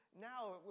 now